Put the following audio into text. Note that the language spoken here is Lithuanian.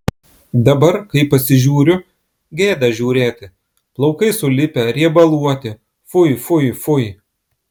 dabar kai pasižiūriu gėda žiūrėti plaukai sulipę riebaluoti fui fui fui